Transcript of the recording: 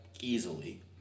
easily